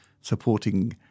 supporting